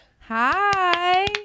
Hi